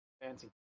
fancy